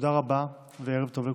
תודה רבה וערב טוב לכולם.